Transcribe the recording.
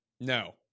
No